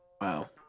Wow